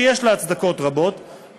שיש לה הצדקות רבות,